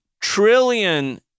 trillion